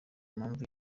mpamvu